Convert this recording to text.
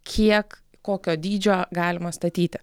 kiek kokio dydžio galima statyti